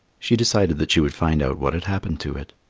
she decided that she would find out what had happened to it.